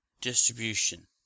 distribution